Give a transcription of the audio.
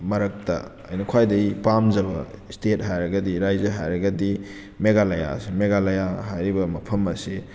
ꯃꯔꯛꯇ ꯑꯩꯅ ꯈ꯭ꯋꯥꯏꯗꯒꯤ ꯄꯥꯝꯖꯕ ꯁ꯭ꯇꯦꯠ ꯍꯥꯏꯔꯒꯗꯤ ꯔꯥꯏꯖ ꯍꯥꯏꯔꯒꯗꯤ ꯃꯦꯒꯥꯂꯌꯥꯁꯨ ꯃꯦꯒꯥꯂꯌꯥ ꯍꯥꯏꯔꯤꯕ ꯃꯐꯝ ꯑꯁꯤ